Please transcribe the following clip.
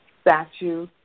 statue